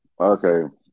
Okay